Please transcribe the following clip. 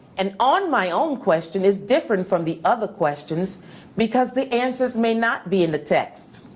an on my own question is different from the other questions because the answers may not be in the text.